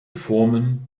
formen